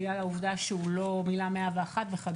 בגלל העובדה שהוא לא מילא 101 וכדומה.